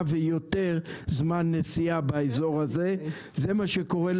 והדבר היחיד שנותר לדעת זה לוחות זמנים שצריכים להיות